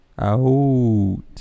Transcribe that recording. out